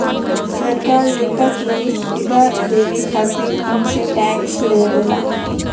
सरकार जनता के सुविधा देवे खातिर उनसे टेक्स लेवेला